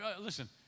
Listen